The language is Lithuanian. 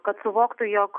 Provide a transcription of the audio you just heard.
kad suvoktų jog